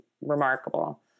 remarkable